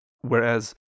Whereas